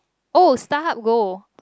oh Starhub Go